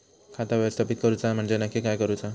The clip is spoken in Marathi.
खाता व्यवस्थापित करूचा म्हणजे नक्की काय करूचा?